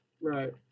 Right